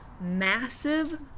massive